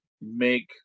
make